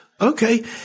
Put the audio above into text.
Okay